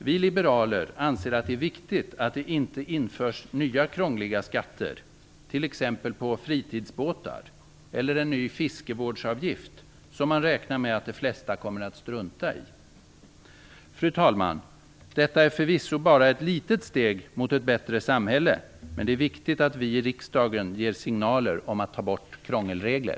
Vi liberaler anser att det är viktigt att det inte införs nya krångliga skatter, t.ex. på fritidsbåtar, eller en ny fiskevårdsavgift som man räknar med att de flesta kommer att strunta i. Fru talman! Detta är förvisso bara ett litet steg mot ett bättre samhälle, men det är viktigt att vi i riksdagen ger signaler om att ta bort krångelregler.